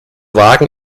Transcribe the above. wagen